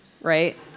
right